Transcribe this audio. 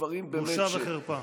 בושה וחרפה.